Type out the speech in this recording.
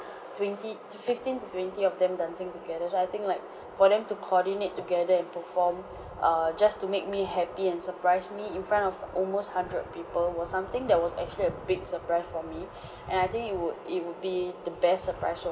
twenty to fifteen to twenty of them dancing together so I think like for them to coordinate together and perform err just to make me happy and surprise me in front of almost hundred people was something that was actually a big surprise for me and I think it would it would be the best surprise so